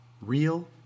Real